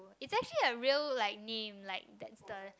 it actually like real like name like that the